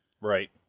right